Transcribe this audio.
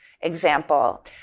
example